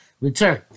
return